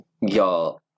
Y'all